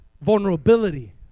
vulnerability